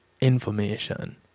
information